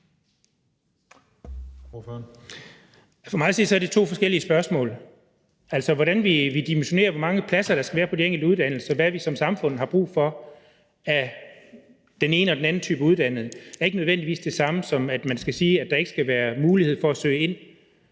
For mig at se er det to forskellige spørgsmål. Hvordan vi dimensionerer, hvor mange pladser der skal være på de enkelte uddannelser, og hvad vi som samfund har brug for af den ene og den anden type uddannede, er ikke nødvendigvis det samme som, at man skal sige, at der ikke skal være mulighed for at søge ind